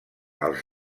els